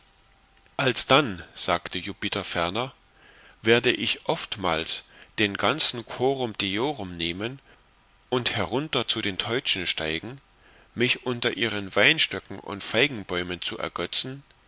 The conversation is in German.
alsdann sagte jupiter ferner werde ich oftmals den ganzen chorum deorum nehmen und herunter zu den teutschen steigen mich unter ihren weinstöcken und feigenbäumen zu ergötzen